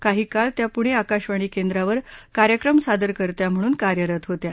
काही काळ त्या पुणे आकाशवाणी केंद्रावर कार्यक्रम सादरकर्त्या म्हणून कार्यरत होत्या